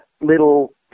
little